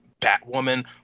Batwoman